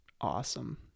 awesome